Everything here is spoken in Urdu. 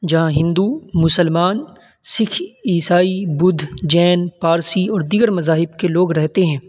جہاں ہندو مسلمان سکھ عیسائی بدھ جین پارسی اور دیگر مذاہب کے لوگ رہتے ہیں